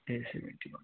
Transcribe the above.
ए seventy one के